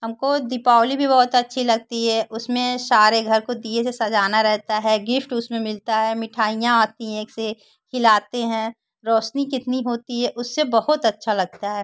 हमको दीपावली भी बहुत अच्छी लगती है उसमें सारे घर को दिए से सजाना रहता है गिफ़्ट उसमें मिलता है मिठाइयाँ आती हैं एक से एक खिलाते हैं रौशनी कितनी होती है उससे बहुत अच्छा लगता है